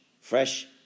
fresh